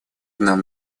нам